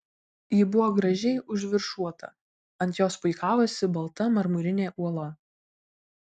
ji buvo gražiai užviršuota ant jos puikavosi balta marmurinė uola